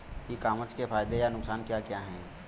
ई commerce के फायदे या नुकसान क्या क्या हैं?